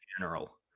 General